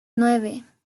nueve